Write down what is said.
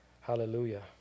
hallelujah